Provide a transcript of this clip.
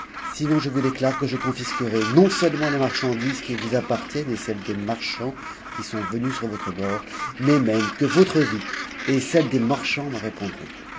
sinon je vous déclare que je conüsquerai non-seulement les handises qui vous appartiennent et celles des marchands qui sont sur votre bord mais même que votre vie et celle des marchands répondront